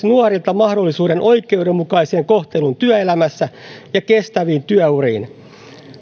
nuorilta mahdollisuuden oikeudenmukaiseen kohteluun työelämässä ja kestäviin työuriin